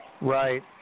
Right